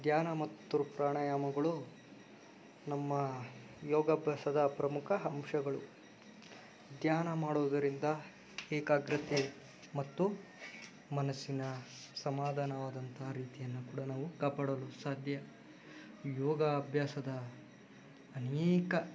ಧ್ಯಾನ ಮತ್ತು ಪ್ರಾಣಾಯಾಮಗಳು ನಮ್ಮ ಯೋಗಾಭ್ಯಾಸದ ಪ್ರಮುಖ ಅಂಶಗಳು ಧ್ಯಾನ ಮಾಡುವುದರಿಂದ ಏಕಾಗ್ರತೆ ಮತ್ತು ಮನಸ್ಸಿನ ಸಮಾಧಾನವಾದಂಥ ರೀತಿಯನ್ನು ಕೂಡ ನಾವು ಕಾಪಾಡಲು ಸಾಧ್ಯ ಯೋಗ ಅಭ್ಯಾಸದ ಅನೇಕ